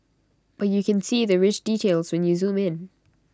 but you can see the rich details when you zoom in